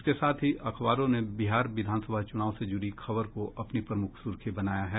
इसके साथ ही अखबारों ने बिहार विधानसभा चुनाव से जुड़ी खबर को अपनी प्रमुख सुर्खी बनाया है